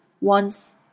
once